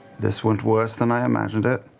this went worse than i imagined it.